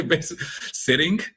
sitting